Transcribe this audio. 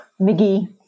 mcgee